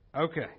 Okay